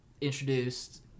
introduced